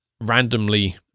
randomly